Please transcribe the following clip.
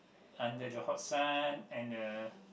under the hot sun and the